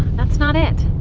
that's not it.